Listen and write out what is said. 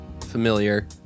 Familiar